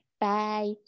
Bye